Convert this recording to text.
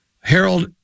Harold